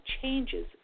changes